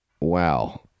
Wow